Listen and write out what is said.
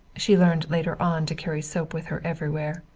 she learned later on to carry soap with her everywhere.